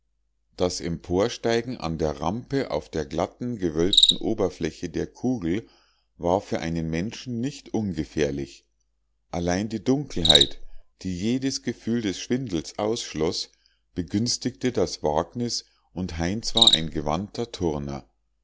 das emporsteigen an der rampe auf der glatten gewölbten oberfläche der kugel war für einen menschen nicht ungefährlich allein die dunkelheit die jedes gefühl des schwindels ausschloß begünstigte das wagnis und heinz war ein gewandter turner